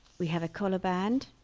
we have collar band,